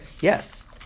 Yes